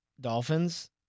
Dolphins